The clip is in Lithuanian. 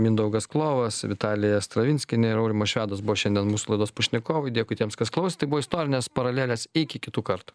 mindaugas klovas vitalija stravinskienė ir aurimas švedas buvo šiandien mūsų laidos pašnekovai dėkui tiems kas klausėt tai buvo istorinės paralelės iki kitų kartų